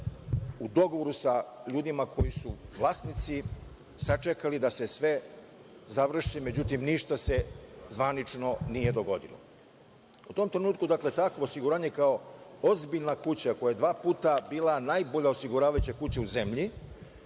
u dogovoru sa ljudima koji su vlasnici sačekali da se sve završi, međutim, ništa se zvanično nije dogodilo. U tom trenutku „Takovo osiguranje“, kao ozbiljna kuća koja je dva puta bila najbolja osiguravajuća kuća u zemlji,